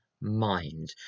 mind